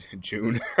June